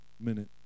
minute